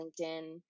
LinkedIn